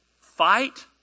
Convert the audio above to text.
Fight